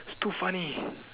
it's too funny